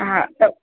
हा त